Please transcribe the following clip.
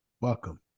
Welcome